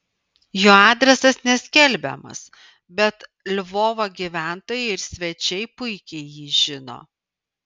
jo adresas neskelbiamas bet lvovo gyventojai ir svečiai puikiai jį žino